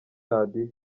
radio